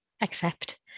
accept